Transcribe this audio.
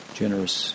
generous